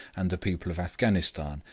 and the people of afghanistan,